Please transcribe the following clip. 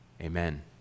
Amen